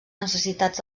necessitats